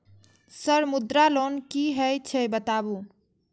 Sir Mudra loan की हे छे बताबू?